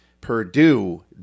Purdue